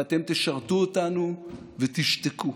ואתם תשרתו אותנו ותשתקו.